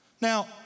Now